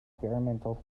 experimental